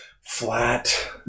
flat